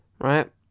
right